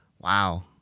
Wow